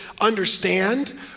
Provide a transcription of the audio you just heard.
understand